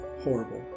horrible